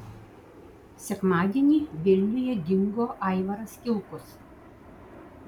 sekmadienį vilniuje dingo aivaras kilkus